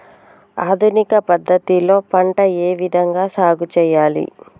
ఆధునిక పద్ధతి లో పంట ఏ విధంగా సాగు చేయాలి?